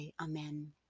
Amen